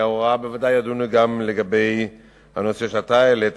ההוראה בוודאי ידונו גם בנושא שאתה העלית,